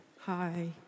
Hi